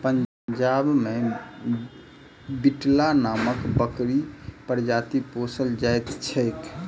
पंजाब मे बीटल नामक बकरीक प्रजाति पोसल जाइत छैक